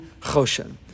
choshen